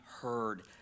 heard